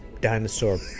dinosaur